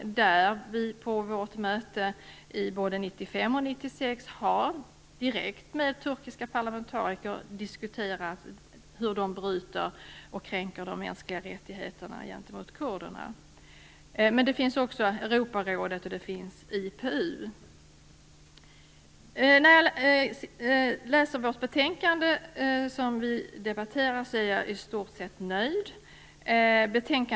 Under mötena såväl 1995 som 1996 har vi direkt med turkiska parlamentariker diskuterat hur de mänskliga rättigheterna bryts och kränks när det gäller kurderna. Vi har också Europarådet och IPU. När jag läser betänkandet är jag i stort sett nöjd.